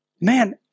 man